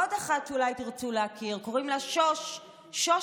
עוד אחת שאולי תרצו להכיר, קוראים לה שוש הרר.